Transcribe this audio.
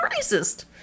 racist